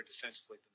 defensively